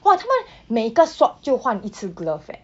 !wah! 他们每一个 swab 就换一次 glove leh